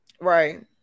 Right